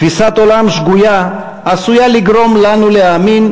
תפיסת עולם שגויה עשויה לגרום לנו להאמין